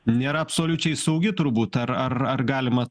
nėra absoliučiai saugi turbūt ar ar ar galima